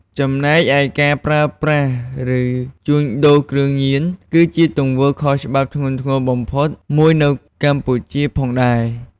ចំណែកឯការប្រើប្រាស់ ឬជួញដូរគ្រឿងញៀនគឺជាទង្វើខុសច្បាប់ធ្ងន់ធ្ងរបំផុតមួយនៅកម្ពុជាផងដែរ។